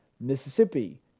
Mississippi